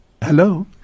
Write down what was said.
Hello